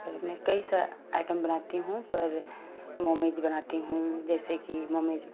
घर में कई सा आइटम बनाती हूँ पर नॉनवेज बनाती हूँ जैसे की नॉनवेज